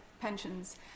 Pensions